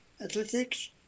Athletics